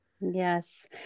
Yes